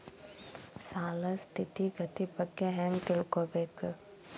ಸಾಲದ್ ಸ್ಥಿತಿಗತಿ ಬಗ್ಗೆ ಹೆಂಗ್ ತಿಳ್ಕೊಬೇಕು?